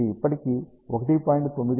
95 GHz వద్ద 8